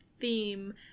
theme